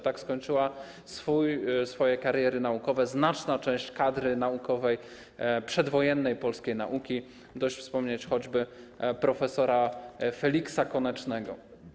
Tak skończyła swoje kariery naukowe znaczna część kadry naukowej przedwojennej polskiej nauki, dość wspomnieć choćby prof. Feliksa Konecznego.